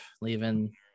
leaving